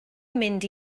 mynd